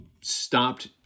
stopped